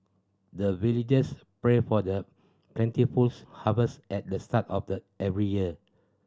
the villagers pray for the plentiful harvest at the start of the every year